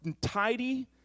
tidy